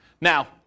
Now